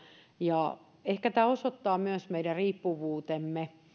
ja ehkä se osoittaa myös meidän riippuvuutemme